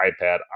iPad